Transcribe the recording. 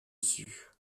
sue